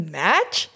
match